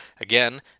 again